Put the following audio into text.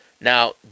Now